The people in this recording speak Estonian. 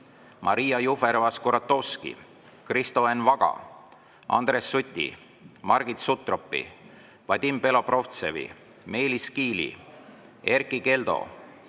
Maria Jufereva-Skuratovski, Kristo Enn Vaga, Andres Suti, Margit Sutropi, Vadim Belobrovtsevi, Meelis Kiili, Erkki Keldo,